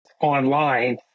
online